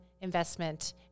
investment